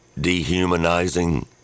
dehumanizing